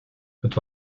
het